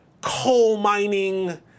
coal-mining